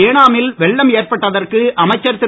ஏனாமில் வெள்ளம் ஏற்பட்டதற்கு அமைச்சர் திரு